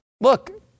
Look